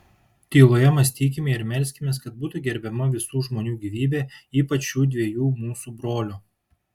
tyloje mąstykime ir melskimės kad būtų gerbiama visų žmonių gyvybė ypač šių dviejų mūsų brolių